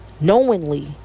knowingly